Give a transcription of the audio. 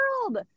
world